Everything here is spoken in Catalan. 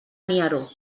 nieró